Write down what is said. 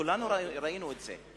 וכולנו ראינו את זה.